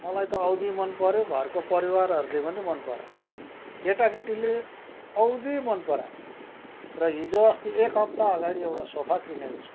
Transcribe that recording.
मलाई त औधी मनपऱ्यो घरको परिवारहरूले पनि मन परायो केटाकेटीले औधी मन परायो र हिजो अस्ति एक हप्ता अगाडि एउटा सोफा किनेको छु